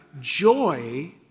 joy